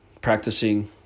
practicing